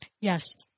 yes